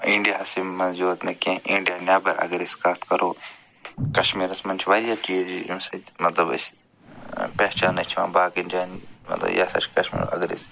اِنٛڈِیاہَسٕے منٛز یوت نہ کیٚنہہ اِنٛڈِیا نٮ۪بَر اگر أسۍ کَتھ کَرو کَشمیٖرَس منٛز چھِ واریاہ کیٚنہہ ییٚمہِ سۭتۍ مطلب أسۍ پہچاونہٕ چھِ یِوان باقِیَن جایَن مطلب یہِ ہسا چھِ اگر أسۍ